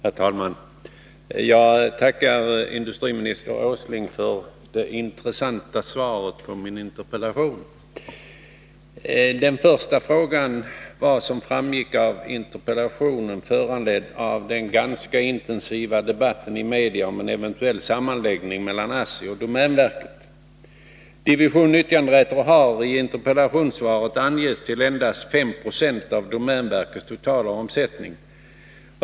Herr talman! Jag tackar industriminister Åsling för det intressanta svaret på min interpellation. Den första frågan var, som framgick av interpellationen, föranledd av den ganska intensiva debatten i massmedia om en eventuell sammanläggning av ASSI och domänverket. Division nyttjanderätter har i interpellationssvaret angetts svara för endast 5 90 av domänverkets totala omsättning.